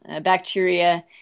bacteria